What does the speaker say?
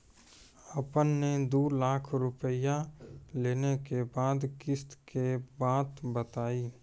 आपन ने दू लाख रुपिया लेने के बाद किस्त के बात बतायी?